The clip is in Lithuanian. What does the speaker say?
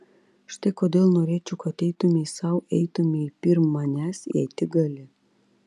štai kodėl norėčiau kad eitumei sau eitumei pirm manęs jei tik gali